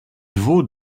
vaut